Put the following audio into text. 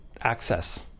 access